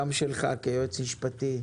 גם שלך כיועץ משפטי,